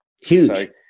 Huge